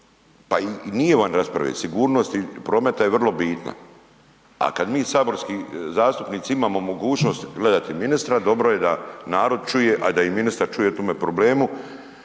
pa i nije van rasprave, sigurnosti prometa je vrlo bitna, a kada mi saborski zastupnici imamo mogućnost gledati ministra dobro je da narod čuje, a i da ministar čuje o tome problemu.